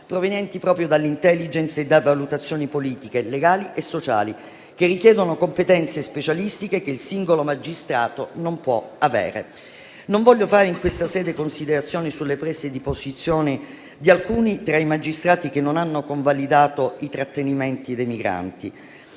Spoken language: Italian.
provenienti proprio dall'*intelligence*, e di valutazioni politiche, legali e sociali, che richiedono competenze specialistiche che il singolo magistrato non può avere. Non voglio fare in questa sede considerazioni sulle prese di posizione di alcuni tra i magistrati che non hanno convalidato i trattenimenti dei migranti.